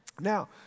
Now